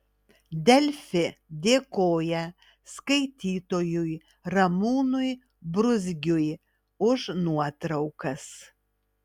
delfi dėkoja skaitytojui ramūnui bruzgiui už nuotraukas